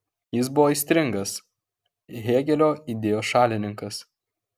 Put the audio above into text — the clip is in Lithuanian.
jis buvo aistringas hėgelio idėjų šalininkas